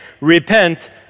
Repent